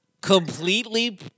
completely